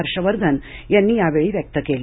हर्षवर्धन यांनी यावेळी व्यक्त केलं